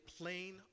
plain